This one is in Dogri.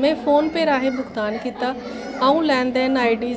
मैं फोन पे राहें भुगतान कीता अ'ऊं लैन देन आईडी